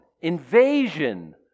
Invasion